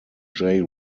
jay